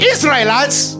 Israelites